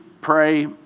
pray